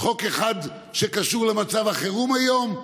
חוק אחד שקשור למצב החירום היום?